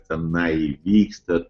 tenai vyksta